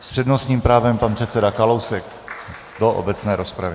S přednostním právem pan předseda Kalousek do obecné rozpravy.